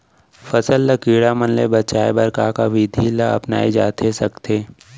फसल ल कीड़ा मन ले बचाये बर का का विधि ल अपनाये जाथे सकथे?